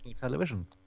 television